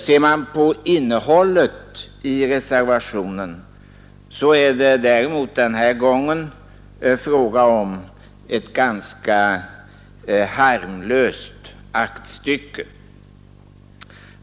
Ser man på innehållet i reservationen finner man att det den här gången däremot är fråga om ett ganska harmlöst aktstycke.